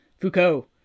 Foucault